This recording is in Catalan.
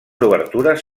obertures